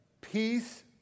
peace